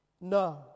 no